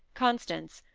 constance,